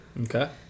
okay